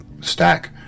stack